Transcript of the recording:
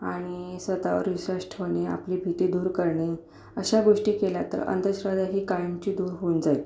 आणि स्वत वर विश्वास ठेवणे आपली भीती दूर करणे अशा गोष्टी केल्या तर अंधश्रद्धा ही कायमची दूर होऊन जाईल